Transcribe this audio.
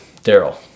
Daryl